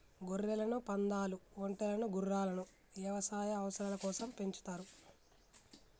గొర్రెలను, పందాలు, ఒంటెలను గుర్రాలను యవసాయ అవసరాల కోసం పెంచుతారు